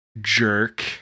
Jerk